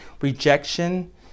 rejection